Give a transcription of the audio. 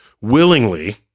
willingly